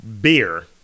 beer